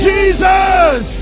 Jesus